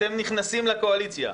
שאתם נכנסים לקואליציה,